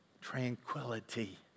Tranquility